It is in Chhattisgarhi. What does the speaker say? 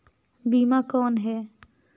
बीमा कौन है?